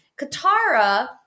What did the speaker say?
Katara